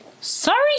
Sorry